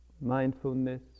mindfulness